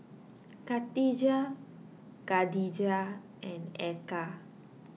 Khadija Katijah and Eka